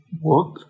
work